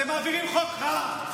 (חבר הכנסת יבגני סובה יוצא מאולם המליאה.) אתם מעבירים חוק רע,